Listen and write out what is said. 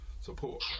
support